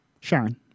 Sharon